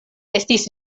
estis